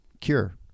cure